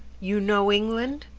you know england?